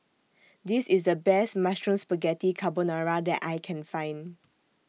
This IS The Best Mushroom Spaghetti Carbonara that I Can Find